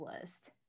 list